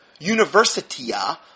Universitia